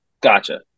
Gotcha